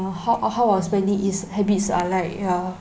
and how our how our spending is habits are like ya